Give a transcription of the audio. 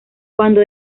cuando